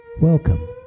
Welcome